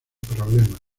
problemas